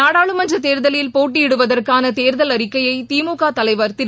நாடாளுமன்ற தேர்தலில் போட்டியிடுவதற்கான தேர்தல் அறிக்கையை திமுக தலைவர் திரு